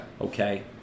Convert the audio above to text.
Okay